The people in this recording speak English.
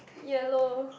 yellow